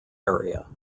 area